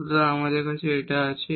সুতরাং আমাদের আছে এটা আছে